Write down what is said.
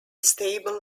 stable